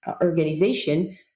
organization